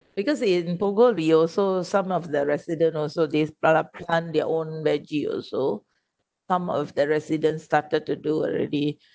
because in Punggol we also some of the resident also they bought and plant their own veggie also some of the residents started to do already